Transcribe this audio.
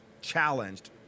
challenged